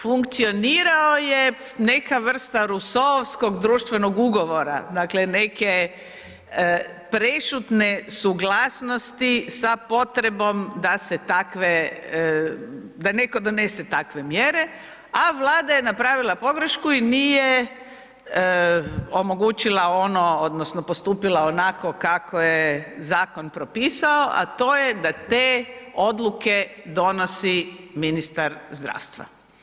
Funkcionirao je neka vrsta rusoovskog društvenog ugovora, dakle neke prešutne suglasnosti sa potrebom da se takve, da netko donese takve mjere, a Vlada je napravila pogrešku i nije omogućila ono odnosno postupila onako kako je zakon propisao, a to je da te odluke donosi ministar zdravstva.